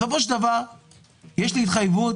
בסופו של דבר יש לי התחייבות